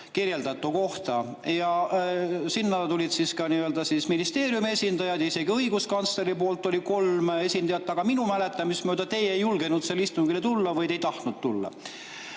kirjeldatu kohta. Sinna tulid ministeeriumi esindajad ja isegi õiguskantsleri poolt oli kolm esindajat, aga minu mäletamist mööda teie ei julgenud sellele istungile tulla, või te ei tahtnud tulla.